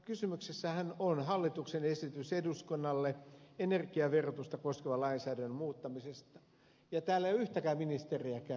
kysymyksessähän on hallituksen esitys eduskunnalle energiaverotusta koskevan lainsäädännön muuttamisesta ja täällä ei ole yksikään ministeri käynyt käyttämässä puheenvuoroa